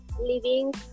living